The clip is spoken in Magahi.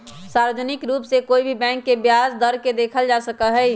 सार्वजनिक रूप से कोई भी बैंक के ब्याज दर के देखल जा सका हई